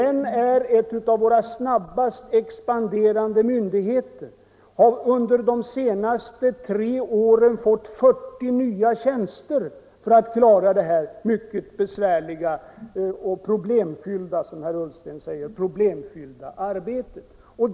SPN är en av våra snabbast expanderande myndigheter och har under de senaste tre åren fått 40 nya tjänster för att klara detta mycket besvärliga och — som herr Ullsten kallar det — problemfyllda arbete.